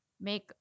make